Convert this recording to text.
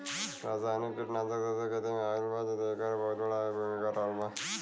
रासायनिक कीटनाशक जबसे खेती में आईल बा येकर बहुत बड़ा भूमिका रहलबा